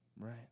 right